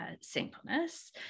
singleness